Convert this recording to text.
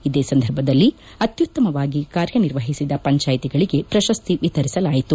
ಇದೇ ಸಂದರ್ಭದಲ್ಲಿ ಅತ್ತುತ್ತಮವಾಗಿ ಕಾರ್ಯನಿರ್ವಹಿಸಿದ ಪಂಚಾಯಿತಿಗಳಿಗೆ ಪ್ರಶಸ್ತಿ ವಿತರಿಸಲಾಯಿತು